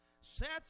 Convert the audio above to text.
Sets